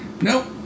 nope